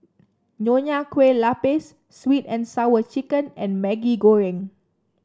Nonya Kueh Lapis sweet and Sour Chicken and Maggi Goreng